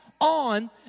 on